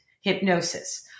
hypnosis